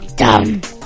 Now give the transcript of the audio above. dumb